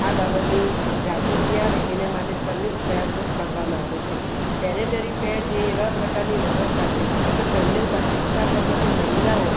આ બાબતની જાગૃતિ આવે એના માટે સંનિષ્ઠ પ્રયાસો કરવામાં આવે છે સેનેટરી પેડ એ એવા પ્રકારની વ્યવસ્થા છે કે પહેલે માસિક સ્ત્રાવ વખતે મહિલાઓ